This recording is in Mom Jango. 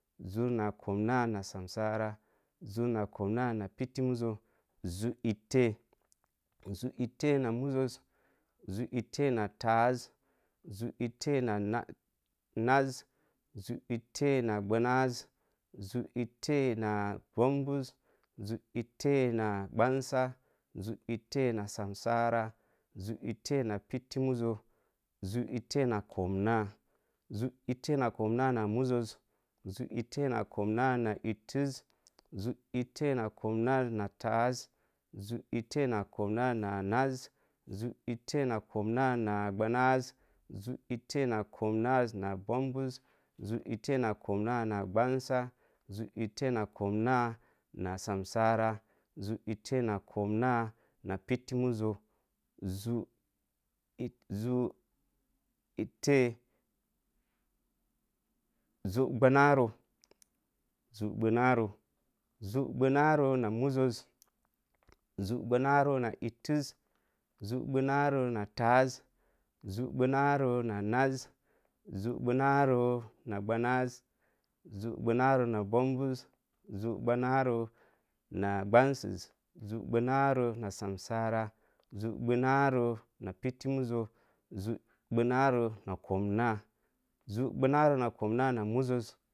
Zur nā komna na samsaara zur nā komna na petti muzo zu ittē, zu ittē na muzu, zu itte na taaz, zu ittē na na naaz, zu itte na bambuz, zu itte na gbansa zu itte na samsaara, zu itte na piti mūzu, zu itte na komna, zu itte na komna na muzo, zu itte na koman na ittez, zu itte na komna na taaz, zu ittē na komna na taaz, zu ittē na komna na naaz, zu ittē na komna na gbanaz, zu ittē na komna na bambus, zu ittē na komna na gbansa, zu ittē na komna na samsaara, zu ittē na komna na piti muzu, zu itte zu gbanaz zu gbanaro na muzo, zu gbanaro na ittē, zu gbanaro na taaz, zu gbanaro na naaz, zu gbamaro na gbanaz, zu gbanaro na bambuz, zu gbunaro na gbansa, zu gbanaro na samsaara, zu gbanaro na piti muz zu gbanaro na komna, zu gbanaro na komna na muzo.